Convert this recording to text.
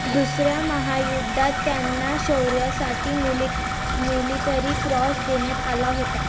दुसऱ्या महायु्द्धात त्यांना शौर्यासाठी मिलीट मिलिटरी क्रॉस देण्यात आला होता